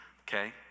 okay